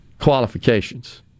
qualifications